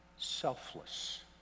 selfless